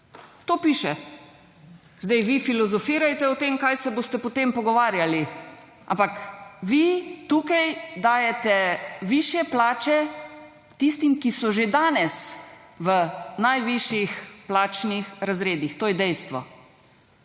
To piše. Zdaj vi filozofirajte o tem, kaj se boste potem pogovarjali, ampak vi tukaj dajete višje plače tistim, ki so že danes v najvišjih plačnih razredih, to je dejstvo.